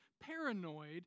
paranoid